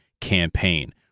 campaign